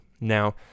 Now